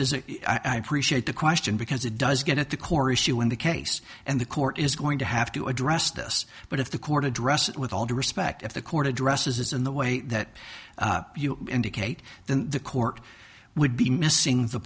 is it i appreciate the question because it does get at the core issue in the case and the court is going to have to address this but if the court address it with all due respect if the court addresses in the way that you indicate then the court would be missing the